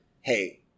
hey